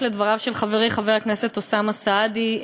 לדבריו של חברי חבר הכנסת אוסאמה סעדי.